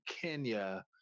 Kenya